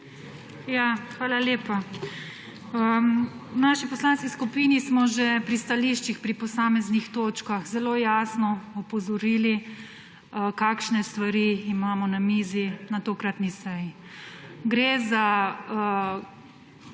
NP): Hvala lepa. V naši poslanski skupini smo že pri stališčih, pri posameznih točkah zelo jasno opozorili, kakšne stvari imamo na mizi na tokratni seji. Gre za